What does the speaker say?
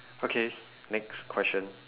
okay next question